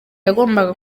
yagombaga